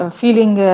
feeling